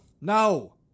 No